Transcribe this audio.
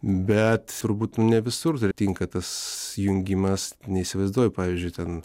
bet turbūt ne visur dar tinka tas jungimas neįsivaizduoju pavyzdžiui ten